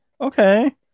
Okay